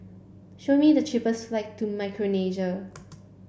show me the cheapest flight to Micronesia